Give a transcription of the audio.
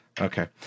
Okay